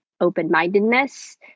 open-mindedness